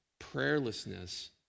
prayerlessness